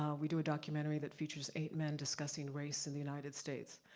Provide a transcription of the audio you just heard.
um we do a documentary that features eight men discussing race in the united states,